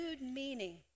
meaning